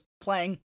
playing